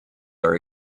are